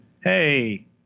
hey